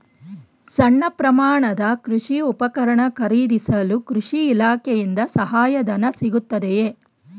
ಸಣ್ಣ ಪ್ರಮಾಣದ ಕೃಷಿ ಉಪಕರಣ ಖರೀದಿಸಲು ಕೃಷಿ ಇಲಾಖೆಯಿಂದ ಸಹಾಯಧನ ಸಿಗುತ್ತದೆಯೇ?